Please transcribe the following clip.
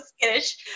skittish